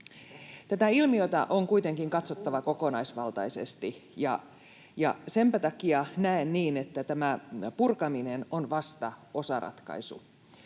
Tätä ilmiötä on kuitenkin katsottava kokonaisvaltaisesti, ja senpä takia näen niin, että tämä purkaminen on vasta osaratkaisu.